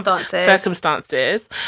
circumstances